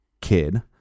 kid